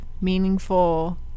meaningful